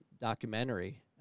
documentary